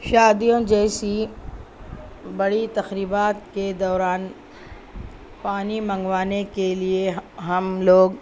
شادیوں جیسی بڑی تقریبات کے دوران پانی منگوانے کے لیے ہم لوگ